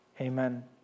Amen